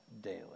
daily